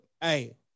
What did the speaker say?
hey